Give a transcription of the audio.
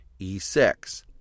E6